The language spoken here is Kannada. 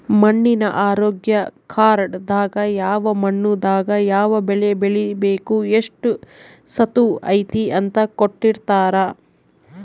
ಮಣ್ಣಿನ ಆರೋಗ್ಯ ಕಾರ್ಡ್ ದಾಗ ಯಾವ ಮಣ್ಣು ದಾಗ ಯಾವ ಬೆಳೆ ಬೆಳಿಬೆಕು ಎಷ್ಟು ಸತುವ್ ಐತಿ ಅಂತ ಕೋಟ್ಟಿರ್ತಾರಾ